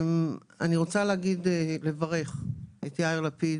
אני רוצה לברך את יאיר לפיד,